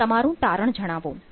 અને તમારું તારણ જણાવો